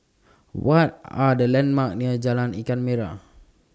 What Are The landmarks near Jalan Ikan Merah